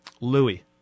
Louis